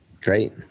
Great